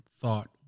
thought